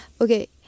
okay